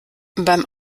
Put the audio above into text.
beim